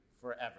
forever